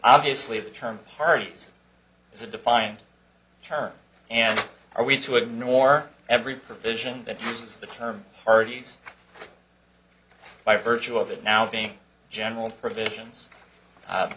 obviously the term parties is a defined term and are we to ignore every provision that uses the term parties by virtue of it now being general provisions